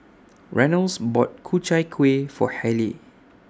Reynolds bought Ku Chai Kuih For Hayleigh